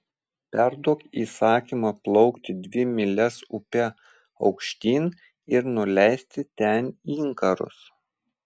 perduok įsakymą plaukti dvi mylias upe aukštyn ir nuleisti ten inkarus